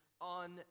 on